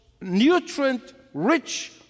nutrient-rich